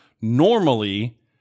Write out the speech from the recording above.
Normally